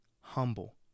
humble